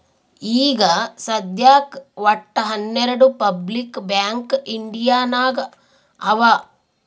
ಈಗ ಸದ್ಯಾಕ್ ವಟ್ಟ ಹನೆರ್ಡು ಪಬ್ಲಿಕ್ ಬ್ಯಾಂಕ್ ಇಂಡಿಯಾ ನಾಗ್ ಅವಾ